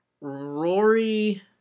Rory